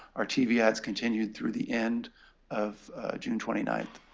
our tv ads continued through the end of june twenty nine.